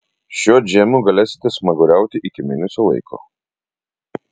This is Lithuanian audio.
šiuo džemu galėsite smaguriauti iki mėnesio laiko